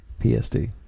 psd